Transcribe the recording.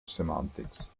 semantics